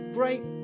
great